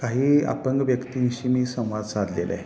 काही अपंग व्यक्तीशी मी संवाद साधलेला आहे